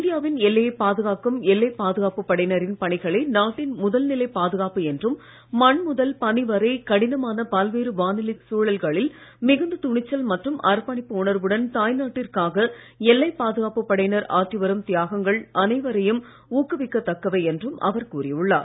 இந்தியாவின் எல்லையை பாதுகாக்கும் எல்லைப் பாதுகாப்புப் படையினரின் பணிகளே நாட்டின் முதல்நிலைப் பாதுகாப்பு என்றும் மண் முதல் பனி வரை கடினமான பல்வேறு வானிலைச் சூழல்களில் மிகுந்த துணிச்சல் மற்றும் அர்ப்பணிப்பு உணர்வுடன் தாய்நாட்டிற்காக எல்லைப் பாதுகாப்புப் படையினர் ஆற்றி வரும் தியாகங்கள் அனைவரையும் ஊக்குவிக்கத் தக்கவை என்றும் அவர் கூறியுள்ளார்